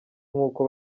nk’uko